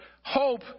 hope